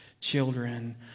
children